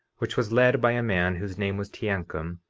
which was led by a man whose name was teancum,